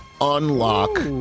unlock